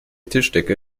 tischdecke